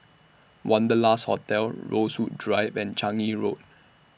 Wanderlust Hotel Rosewood Drive and Changi Road